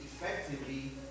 effectively